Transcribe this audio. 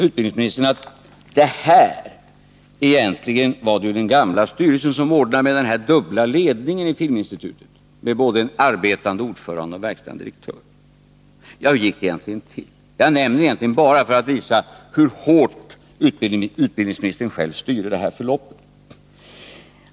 Utbildningsministern sade att det egentligen var den gamla styrelsen som fick till stånd den dubbla ledningen av Filminstitutet med både en arbetande ordförande och en verkställande direktör. Ja, hur gick det egentligen till? — Jag nämner det här egentligen bara för att visa hur hårt utbildningsministern själv styrde förloppet.